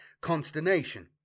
consternation